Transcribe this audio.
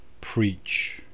preach